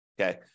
Okay